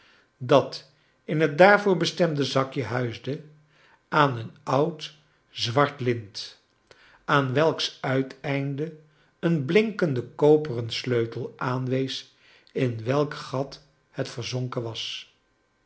dat in het daarvoor bestemde zakje huisde aan een oud zwart lint aan welks uiteinde een blinkende koperen sleutel aanwees in welk gat het verzonken was